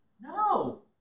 No